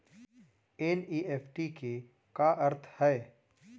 NEFT के का अर्थ है?